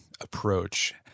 approach